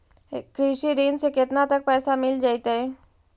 कृषि ऋण से केतना तक पैसा मिल जइतै?